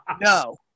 No